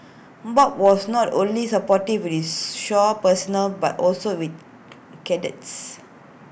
bob was not only supportive with his shore personnel but also with cadets